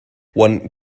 one